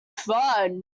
fun